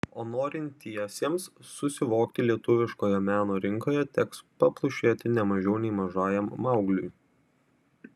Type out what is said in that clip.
o norintiesiems susivokti lietuviškoje meno rinkoje teks paplušėti ne mažiau nei mažajam maugliui